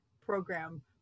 program